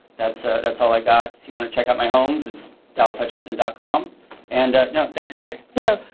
that's ah that's all i got. if you wanna check out my homes, it's dallashutchinson dot com and thanks, gary. yeah,